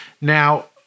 Now